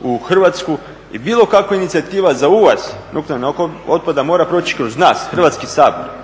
u Hrvatsku i bilo kakva inicijativa za uvoz nuklearnog otpada mora proći kroz nas Hrvatski sabor,